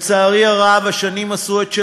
לצערי הרב, השנים עשו את שלהן,